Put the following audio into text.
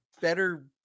better